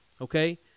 Okay